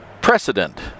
precedent